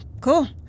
cool